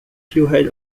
head